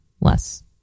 less